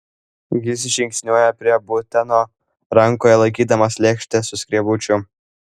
jis žingsniuoja prie buteno rankoje laikydamas lėkštę su skrebučiu